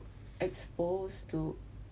exposed to